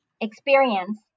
experience